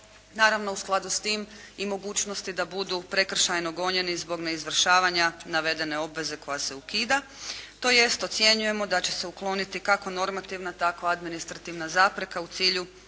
Naravno, u skladu s tim i mogućnosti da budu prekršajno gonjeni zbog neizvršavanja navedene obveze koja se ukida, tj. ocjenjujemo da će se ukloniti kako normativna tako administrativna zapreka u cilju